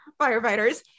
firefighters